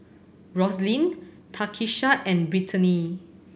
Roselyn Takisha and Brittany